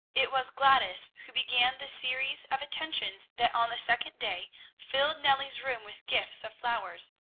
it was gladys who began the series of attentions that on the second day filled nellie's room with gifts of flowers,